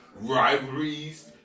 rivalries